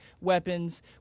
weapons